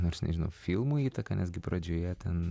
nors nežinau filmų įtaką netgi pradžioje ten